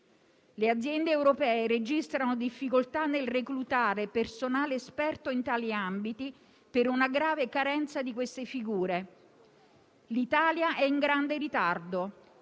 Le aziende europee registrano difficoltà nel reclutare personale esperto in tali ambiti per una grave carenza di queste figure. L'Italia è in grande ritardo.